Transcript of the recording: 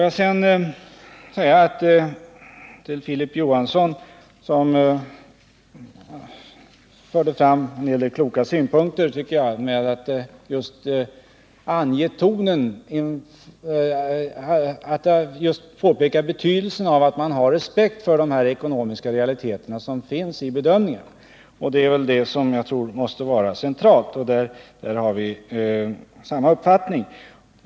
Jag vill för Filip Johansson, som förde fram en hel del kloka synpunkter, påpeka betydelsen av att man har respekt för de ekonomiska realiteter som finns i bedömningarna. Det tror jag måste vara centralt, och där har vi samma uppfattning.